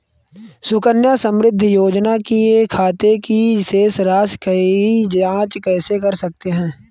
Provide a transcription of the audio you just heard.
सुकन्या समृद्धि योजना के खाते की शेष राशि की जाँच कैसे कर सकते हैं?